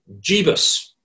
Jebus